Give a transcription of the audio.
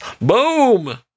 Boom